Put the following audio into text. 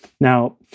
now